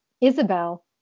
Isabel